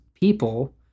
people